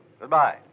Goodbye